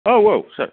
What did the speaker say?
औ औ सार